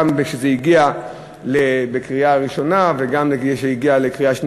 גם כשזה הגיע לקריאה ראשונה וגם כשזה הגיע לקריאה ראשונה,